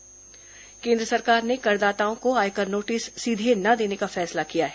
करदाता नोटिस केन्द्र सरकार ने करदाताओं को आयकर नोटिस सीधे न देने का फैसला किया है